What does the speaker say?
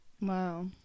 Wow